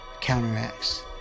counteracts